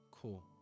Cool